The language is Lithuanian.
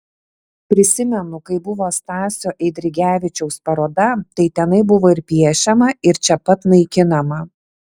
prisimenu kai buvo stasio eidrigevičiaus paroda tai tenai buvo ir piešiama ir čia pat naikinama